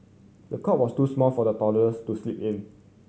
the cot was too small for the toddlers to sleep in